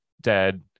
dead